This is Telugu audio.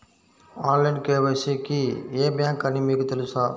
ఆన్లైన్ కే.వై.సి కి ఏ బ్యాంక్ అని మీకు తెలుసా?